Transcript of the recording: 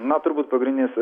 na turbūt pagrindinis